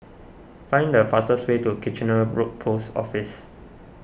find the fastest way to Kitchener Road Post Office